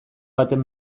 baten